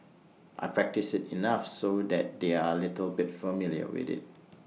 I practice IT enough so that they're A little bit familiar with IT